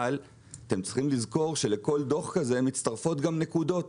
אבל אתם צריכים לזכור שלכל דוח כזה מצטרפות גם נקודות,